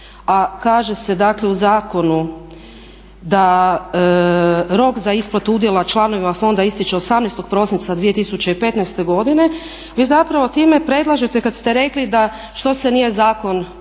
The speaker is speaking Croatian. a kaže se dakle u zakonu da rok za isplatu udjela članovima fonda istječe 18. prosinca 2015. godine. Vi zapravo time predlažete kad ste rekli da što se nije zakon prije